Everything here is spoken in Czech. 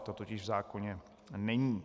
To totiž v zákoně není.